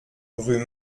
rue